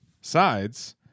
sides